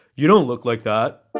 you don't look like that.